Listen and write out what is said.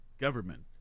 government